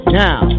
now